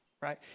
right